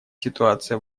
ситуация